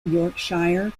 yorkshire